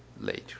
later